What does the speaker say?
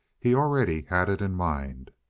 he already had it in mind.